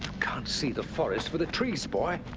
can't see the forest for the trees, boy.